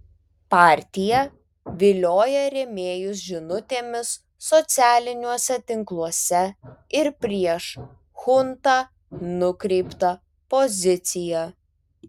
partija vilioja rėmėjus žinutėmis socialiniuose tinkluose ir prieš chuntą nukreipta pozicija